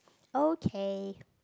okay